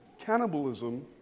cannibalism